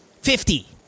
Fifty